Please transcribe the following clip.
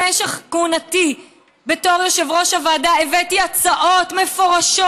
במשך כהונתי בתור יושבת-ראש הוועדה הבאתי הצעות מפורשות,